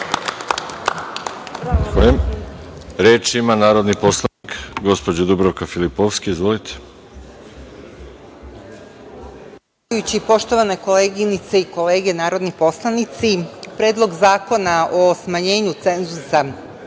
ima narodni poslanik gospođa Dubravka Filipovski. Izvolite.